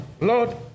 Lord